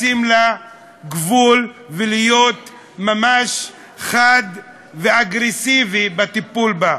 לשים לה גבול ולהיות ממש חד ואגרסיבי בטיפול בה.